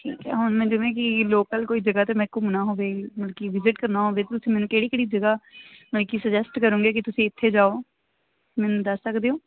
ਹੁਣ ਮੈਂ ਜਿਵੇਂ ਕਿ ਲੋਕਲ ਕੋਈ ਜਗ੍ਹਾ 'ਤੇ ਮੈਂ ਘੁੰਮਣਾ ਹੋਵੇ ਮਤਲਬ ਕਿ ਵਿਜ਼ਿਟ ਕਰਨਾ ਹੋਵੇ ਤੁਸੀਂ ਮੈਨੂੰ ਕਿਹੜੀ ਕਿਹੜੀ ਜਗ੍ਹਾ ਮਤਲਬ ਕਿ ਸੁਜੈਸਟ ਕਰੋਂਗੇ ਕਿ ਤੁਸੀਂ ਇੱਥੇ ਜਾਓ ਮੈਨੂੰ ਦੱਸ ਸਕਦੇ ਹੋ